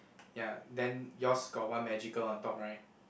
ya then yours got one magical on top right